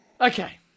Okay